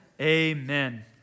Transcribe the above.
Amen